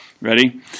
Ready